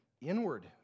inward